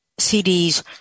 CDs